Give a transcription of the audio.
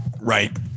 right